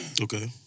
Okay